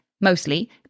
mostly